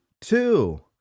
two